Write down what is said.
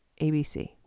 ABC